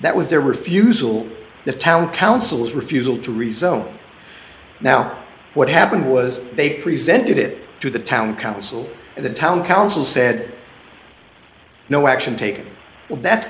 that was their refusal the town councils refusal to rezone now what happened was they presented it to the town council and the town council said no action taken